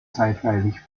zeitweilig